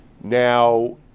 Now